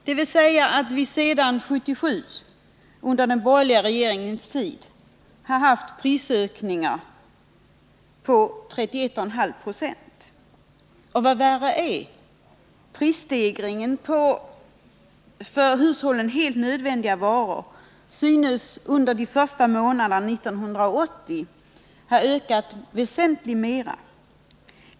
Det betyder att vi sedan 1977 — under den borgerliga regeringstiden — har haft prisökningar på 31,5 26. Och vad Nr 95 värre är: prisstegringen på för hushållen helt nödvändiga varor synes under Onsdagen den de första månaderna 1980 ha ökat väsentligt mera.